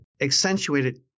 accentuated